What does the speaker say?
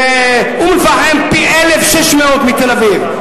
באום-אל-פחם, פי-1,600 מבתל-אביב.